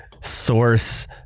source